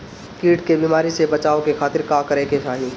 कीट के बीमारी से बचाव के खातिर का करे के चाही?